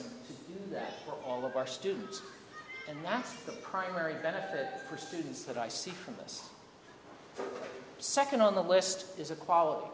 that all of our students and that's the primary benefit for students that i see from this second on the list is a quality